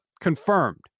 confirmed